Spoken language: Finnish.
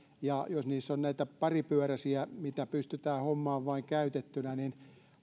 jos niissä on näitä paripyöräisiä mitä pystytään hommaamaan vain käytettynä niin